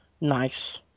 nice